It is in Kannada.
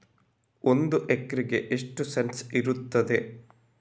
ಒಂದು ಎಕರೆ ಗದ್ದೆ ಎಷ್ಟು ಸೆಂಟ್ಸ್ ಇರುತ್ತದೆ?